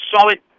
solid